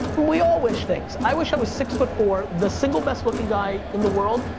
we all wish things. i wish i was six-foot-four, the single best looking guy in the world,